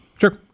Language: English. sure